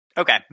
Okay